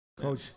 Coach